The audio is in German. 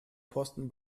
posten